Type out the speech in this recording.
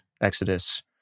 Exodus